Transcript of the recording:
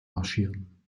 marschieren